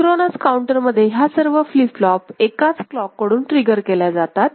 synchronous counter मध्ये ह्या सर्व फ्लीप फ्लोप एकाच क्लॉक कडून ट्रिगर केल्या जातात